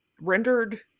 rendered